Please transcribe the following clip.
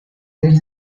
del